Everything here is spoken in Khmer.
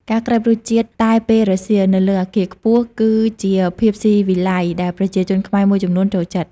ការក្រេបរសជាតិតែពេលរសៀល នៅលើអគារខ្ពស់ គឺជាភាពស៊ីវិល័យដែលប្រជាជនខ្មែរមួយចំនួនចូលចិត្ត។